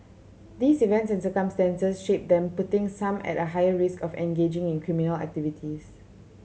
these events and circumstances shape them putting some at a higher risk of engaging in criminal activities